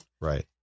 Right